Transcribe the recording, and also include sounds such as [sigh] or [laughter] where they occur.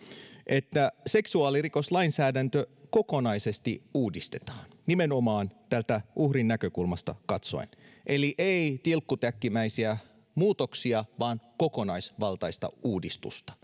että seksuaalirikoslainsäädäntö kokonaisvaltaisesti uudistetaan nimenomaan uhrin näkökulmasta katsoen [unintelligible] eli ei tilkkutäkkimäisiä muutoksia vaan kokonaisvaltainen uudistus